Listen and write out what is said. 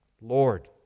Lord